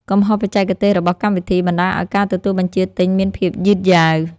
កំហុសបច្ចេកទេសរបស់កម្មវិធី បណ្ដាលឱ្យការទទួលបញ្ជាទិញមានភាពយឺតយ៉ាវ។